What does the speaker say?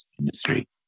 industry